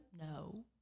No